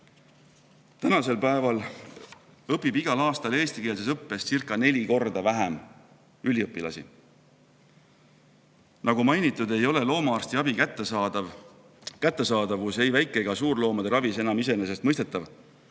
Nüüd õpib igal aastal eestikeelses õppes umbes neli korda vähem üliõpilasi. Nagu mainitud, ei ole loomaarstiabi kättesaadavus ei väike- ega suurloomade ravis enam iseenesestmõistetav.